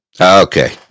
Okay